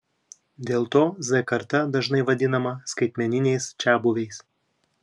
dėl to z karta dažnai vadinama skaitmeniniais čiabuviais